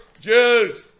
Jews